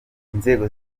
inzego